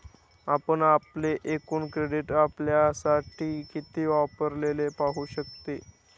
आपण आपले एकूण क्रेडिट आपल्यासाठी किती वापरलेले पाहू शकते